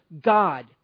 God